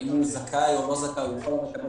אם הוא זכאי או לא - הוא יכול לקבל